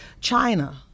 china